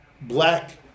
black